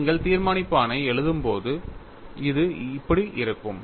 நீங்கள் தீர்மானிப்பானை எழுதும்போது இது இப்படி இருக்கும்